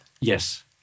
Yes